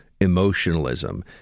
Emotionalism